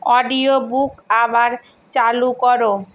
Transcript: audio book আবার চালু করো